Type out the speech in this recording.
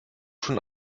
schon